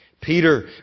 Peter